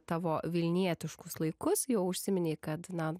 tavo vilnietiškus laikus jau užsiminei kad na